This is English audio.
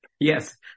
Yes